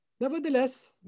Nevertheless